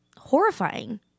horrifying